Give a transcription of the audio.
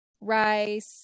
rice